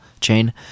chain